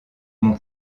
mon